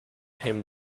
him